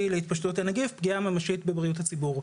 להתפשטות הנגיף ופגיעה ממשית בבריאות הציבור.